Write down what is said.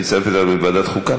אם היא מצטרפת אליו לוועדת חוקה,